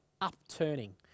upturning